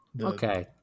Okay